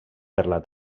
per